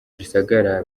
gisagara